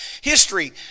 History